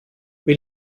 wie